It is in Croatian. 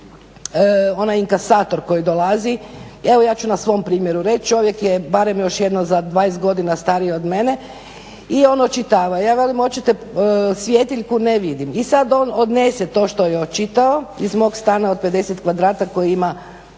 onaj inkasator koji dolazi, evo ja ću na svom primjeru reć, čovjek je barem još jedno za 20 godina stariji od mene i on očitava, ja velim hoćete svjetiljku, ne, vidim, i sad on odnese ono što je očitao iz mog stana od 50 kvadrata koji ima